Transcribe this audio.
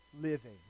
living